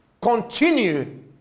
continue